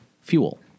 fuel